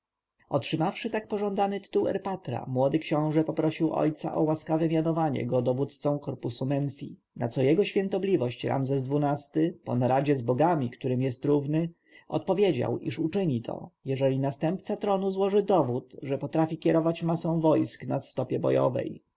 otrzymawszy tak pożądany tytuł erpatra młody książę poprosił ojca o łaskawe mianowanie go dowódcą korpusu menfi na co jego świątobliwość ramzes xii-ty po naradzie z bogami którym jest równy odpowiedział iż uczyni to jeżeli następca tronu złoży dowód że potrafi kierować masą wojsk na stopie bojowej